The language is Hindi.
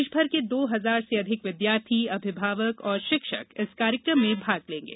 देश भर के दो हजार से अधिक विद्यार्थी अभिभावक और शिक्षक इस कार्यक्रम में भाग लेंगे